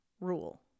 rule